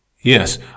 yes